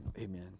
Amen